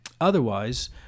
Otherwise